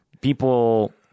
people